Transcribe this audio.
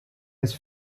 his